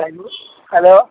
hello